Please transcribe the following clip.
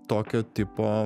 tokio tipo